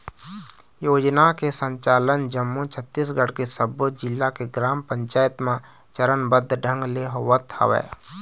योजना के संचालन जम्मो छत्तीसगढ़ के सब्बो जिला के ग्राम पंचायत म चरनबद्ध ढंग ले होवत हवय